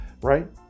Right